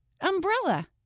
Umbrella